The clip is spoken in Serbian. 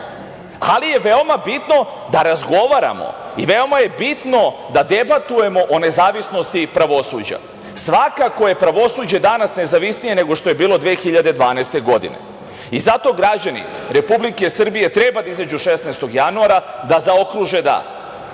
ali je veoma bitno da razgovaramo i veoma je bitno da debatujemo o nezavisnosti pravosuđa. Svakako je pravosuđe danas nezavisnije nego što je bilo 2012. godine i zato građani Republike Srbije treba da izađu 16. januara i da zaokruže da.